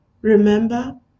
Remember